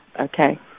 okay